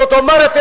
זאת אומרת,